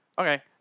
Okay